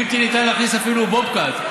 בלתי ניתן להכניס אפילו בובקט.